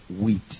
wheat